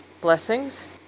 blessings